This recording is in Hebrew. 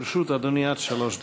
לרשות אדוני עד שלוש דקות.